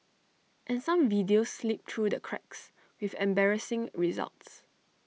and some videos slip through the cracks with embarrassing results